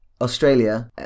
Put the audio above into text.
Australia